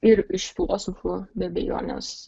ir iš filosofų be abejonės